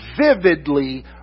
vividly